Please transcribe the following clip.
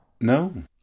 No